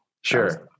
Sure